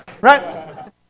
right